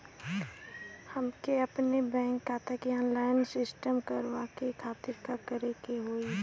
हमके अपने बैंक खाता के ऑनलाइन सिस्टम करवावे के खातिर का करे के होई?